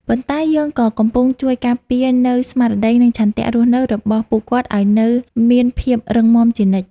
ប៉ុន្តែយើងក៏កំពុងជួយការពារនូវស្មារតី និងឆន្ទៈរស់នៅរបស់ពួកគាត់ឱ្យនៅមានភាពរឹងមាំជានិច្ច។